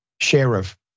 Sheriff